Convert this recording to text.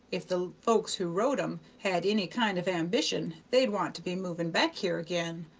if the folks who wrote em had any kind of ambition they'd want to be movin back here again.